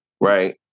Right